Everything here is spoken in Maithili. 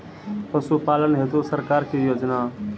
पशुपालन हेतु सरकार की योजना?